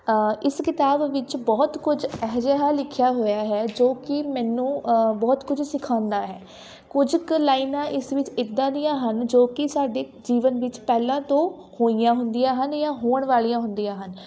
ਇਸ ਕਿਤਾਬ ਵਿੱਚ ਬਹੁਤ ਕੁਝ ਇਹੋ ਜਿਹਾ ਹੈ ਲਿਖਿਆ ਹੋਇਆ ਹੈ ਜੋ ਕਿ ਮੈਨੂੰ ਬਹੁਤ ਕੁਝ ਸਿਖਾਉਂਦਾ ਹੈ ਕੁਝ ਕੁ ਲਾਈਨਾਂ ਇਸ ਵਿੱਚ ਇੱਦਾਂ ਦੀਆਂ ਹਨ ਜੋ ਕਿ ਸਾਡੇ ਜੀਵਨ ਵਿੱਚ ਪਹਿਲਾਂ ਤੋਂ ਹੋਈਆਂ ਹੁੰਦੀਆਂ ਹਨ ਜਾਂ ਹੋਣ ਵਾਲੀਆਂ ਹੁੰਦੀਆਂ ਹਨ